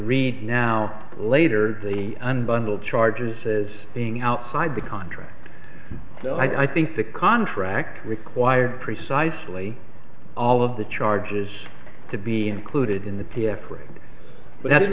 read now later the unbundled charges as being outside the contract so i think the contract required precisely all of the charges to be included in the p f a but that